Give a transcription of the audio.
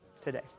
today